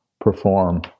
perform